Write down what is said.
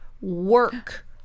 work